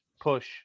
push